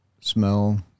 smell